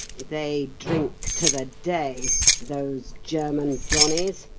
they drink to the day those german johnnies,